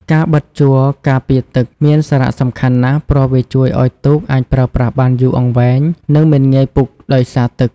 ការបិតជ័រការពារទឹកមានសារៈសំខាន់ណាស់ ព្រោះវាជួយឲ្យទូកអាចប្រើប្រាស់បានយូរអង្វែងនិងមិនងាយពុកដោយសារទឹក។